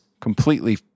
completely